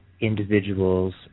individuals